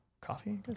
coffee